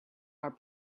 our